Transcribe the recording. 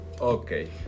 Okay